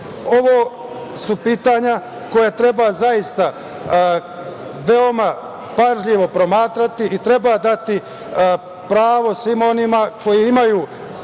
su pitanja koja treba zaista veoma pažljivo promatrati i treba dati pravo svima onima koji imaju